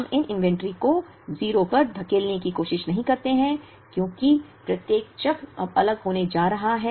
हम इन इन्वेंटरी को 0 पर धकेलने की कोशिश नहीं करते हैं क्योंकि प्रत्येक चक्र अब अलग होने जा रहा है